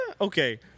Okay